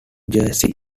jersey